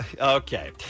Okay